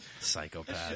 Psychopath